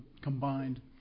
combined